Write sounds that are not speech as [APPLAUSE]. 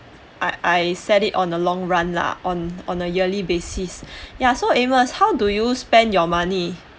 I I set it on a long run lah on on a yearly basis [BREATH] ya so amos how do you spent your money